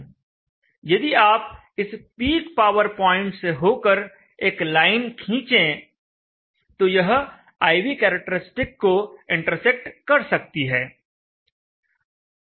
यदि आप इस पीक पावर पॉइंट से होकर एक लाइन खींचे तो यह I V कैरेक्टरिस्टिक को इंटरसेक्ट कर सकती है